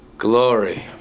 Glory